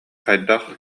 хайдах